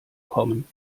kommen